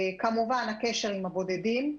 הקשר עם הבודדים.